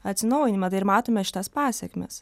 atsinaujinimą tai ir matome šitas pasekmes